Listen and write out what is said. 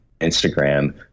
Instagram